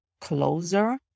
closer